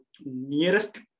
nearest